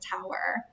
Tower